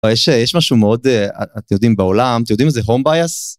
יש משהו מאוד, אתם יודעים בעולם, אתם יודעים מה זה home bias?